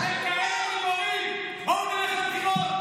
נלך לבחירות ונראה מה כל אחד יקבל.